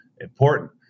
important